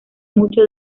mucho